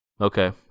Okay